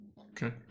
Okay